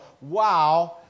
wow